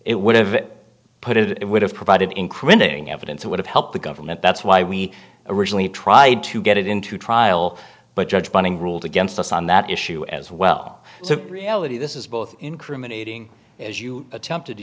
it would have put it would have provided incriminating evidence would have helped the government that's why we originally tried to get it into trial but judge bunning ruled against us on that issue as well so reality this is both incriminating as you attempted to